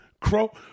Crow